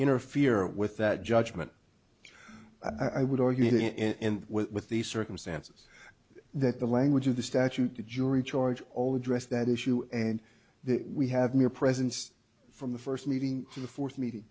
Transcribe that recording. interfere with that judgment i would or you didn't end with with the circumstances that the language of the statute the jury charge all address that issue and that we have mere presence from the first meeting to the fourth meeting